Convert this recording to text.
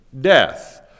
death